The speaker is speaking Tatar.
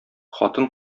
хатын